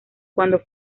cuando